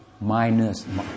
minus